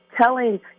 telling